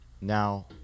Now